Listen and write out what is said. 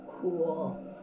Cool